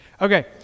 Okay